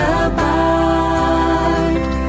abide